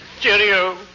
cheerio